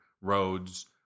roads